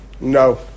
no